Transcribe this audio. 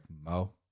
Mo